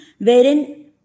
wherein